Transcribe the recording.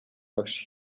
багш